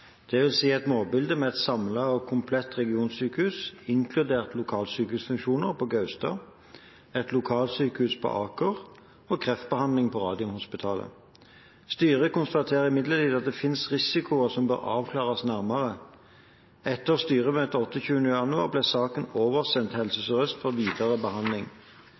et målbilde med et samlet og komplett regionsykehus – inkludert lokalsykehusfunksjoner – på Gaustad, et lokalsykehus på Aker og kreftbehandling på Radiumhospitalet. Styret konstaterer imidlertid at det finnes risikoer som bør avklares nærmere. Etter styremøtet 28. januar ble saken oversendt Helse Sør-Øst for videre behandling.